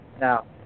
Now